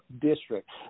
district